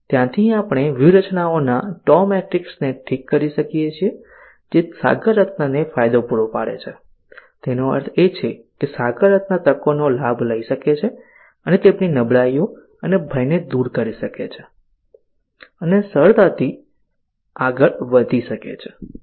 ત્યાંથી આપણે વ્યૂહરચનાઓના TOW મેટ્રિક્સને ઠીક કરી શકીએ છીએ જે સાગર રત્નને ફાયદો પૂરો પાડે છે તેનો અર્થ એ છે કે સાગર રત્ન તકોનો લાભ લઈ શકે છે અને તેમની નબળાઈઓ અને ભયને દૂર કરી શકે છે અને સરળતાથી આગળ વધી શકે છે